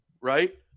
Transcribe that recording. right